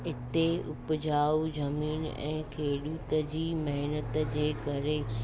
हिते उपजाऊ ज़मीन ऐं खेॾूत जी महनत जे करे